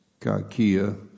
kakia